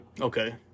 Okay